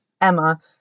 Emma